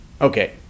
Okay